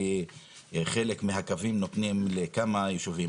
כי חלק מהקווים נותנים לכמה ישובים.